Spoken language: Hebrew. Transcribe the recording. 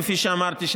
כפי שאמרתי,